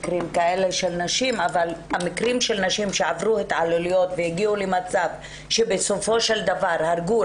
נשים שעברו התעללויות והגיעו למצב שבסופו של דבר הרגו,